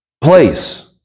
place